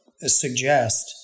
suggest